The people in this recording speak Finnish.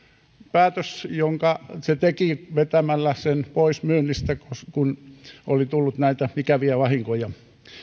päätös jonka se teki vetämällä sen pois myynnistä kun oli tullut näitä ikäviä vahinkoja